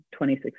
2016